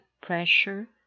pressure